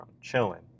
chilling